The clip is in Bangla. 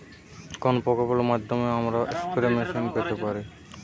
কোন প্রকল্পের মাধ্যমে আমরা স্প্রে মেশিন পেতে পারি?